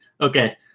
okay